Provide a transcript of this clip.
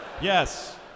Yes